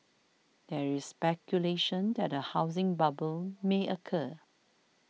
there is speculation that a housing bubble may occur